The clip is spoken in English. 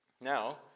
Now